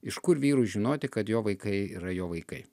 iš kur vyrui žinoti kad jo vaikai yra jo vaikai